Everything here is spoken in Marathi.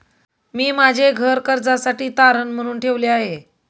मी माझे घर कर्जासाठी तारण म्हणून ठेवले आहे